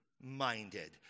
minded